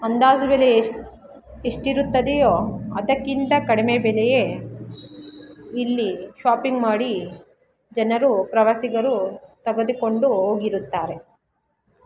ಅಂದಾಜು ಬೆಲೆ ಎಷ್ಟಿರುತ್ತದೆಯೋ ಅದಕ್ಕಿಂತ ಕಡಿಮೆ ಬೆಲೆಯೇ ಇಲ್ಲಿ ಶಾಪಿಂಗ್ ಮಾಡಿ ಜನರು ಪ್ರವಾಸಿಗರು ತಗೆದುಕೊಂಡು ಹೋಗಿರುತ್ತಾರೆ